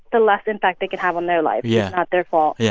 the less impact they can have on their lives yeah it's not their fault. yeah